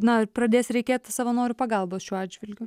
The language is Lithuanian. na ir pradės reikėti savanorių pagalbos šiuo atžvilgiu